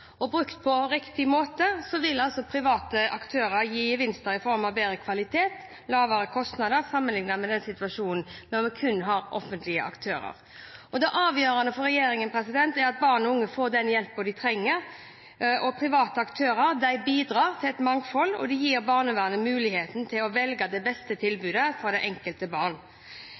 barnevernet. Brukt på riktig måte vil private aktører gi gevinster i form av bedre kvalitet og lavere kostnader sammenlignet med en situasjon med kun offentlige aktører. Det avgjørende for regjeringen er at barn og unge får den hjelpen de trenger. Private aktører bidrar til mangfold og gir barnevernet mulighet til å velge det beste tilbudet for det enkelte barn.